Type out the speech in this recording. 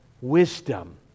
Wisdom